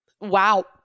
Wow